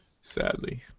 Sadly